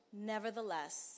nevertheless